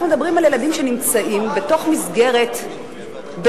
אנחנו מדברים על ילדים שנמצאים בתוך מסגרת ביתית-משפחתית,